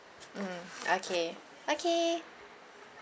mm okay okay